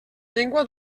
llengua